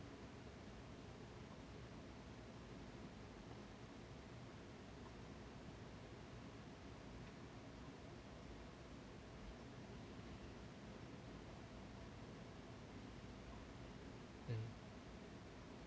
mm